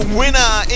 winner